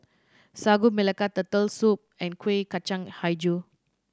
Sagu Melaka Turtle Soup and Kuih Kacang Hijau